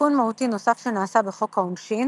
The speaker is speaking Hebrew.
תיקון מהותי נוסף שנעשה בחוק העונשין